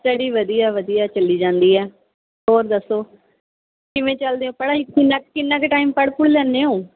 study ਵਧੀਆ ਵਧੀਆ ਚੱਲੀ ਜਾਂਦੀ ਹੈ ਹੋਰ ਦੱਸੋ ਕਿਵੇਂ ਚਲਦੀ ਹੈ ਪੜ੍ਹਾਈ ਕਿੰਨਾ ਕਿੰਨਾ ਕੁ ਟਾਈਮ ਪੜ ਪੁੜ੍ਹ ਲੈਂਦੇ ਹੋ